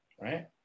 Right